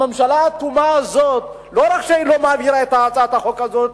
הממשלה האטומה הזאת לא רק שהיא לא מעבירה את הצעת החוק הזאת,